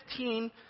15